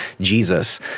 Jesus